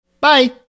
Bye